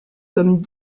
comme